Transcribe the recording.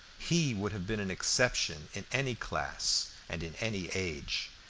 he would have been an exception in any class and in any age.